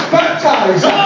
baptized